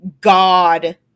God